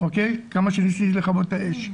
כמה שניסיתי לכבות את האש.